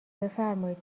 بفرمایید